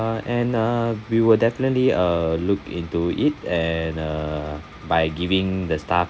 and uh we will definitely uh look into it and uh by giving the staff